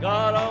God